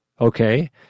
okay